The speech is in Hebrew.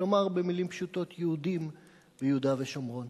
כלומר, במלים פשוטות, יהודים ביהודה ושומרון.